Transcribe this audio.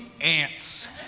ants